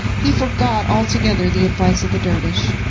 he forgot altogether the advice of the dervish.